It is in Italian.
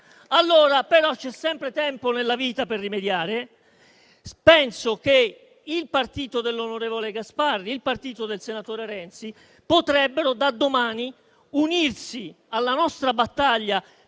Però c'è sempre tempo nella vita per rimediare. Penso che il partito dell'onorevole Gasparri e il partito del senatore Renzi potrebbero da domani unirsi alla nostra battaglia